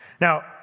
Now